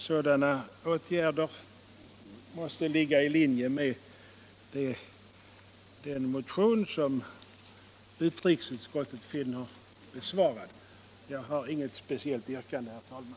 Sådana åtgärder måste ligga I linje med den motion som utskottet här funnit besvarad. Jag har inget särskilt yrkande, herr talman!